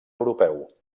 europeu